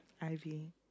Ivy